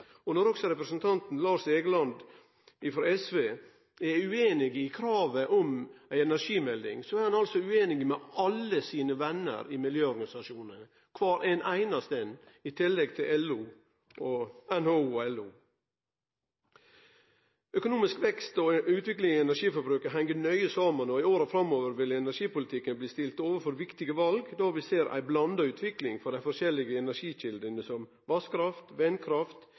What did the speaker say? det. Når også representanten Lars Egeland frå SV er ueinig i kravet om ei energimelding, er han altså ueinig med alle sine venner i miljøorganisasjonane – kvar einaste ein – i tillegg til NHO og LO. Økonomisk vekst og utvikling i energiforbruket heng nøye saman, og i åra framover vil energipolitikken bli stilt overfor viktige val, for vi ser ei blanda utvikling for dei forskjellige energikjeldene, som vasskraft,